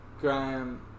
Graham